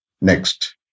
next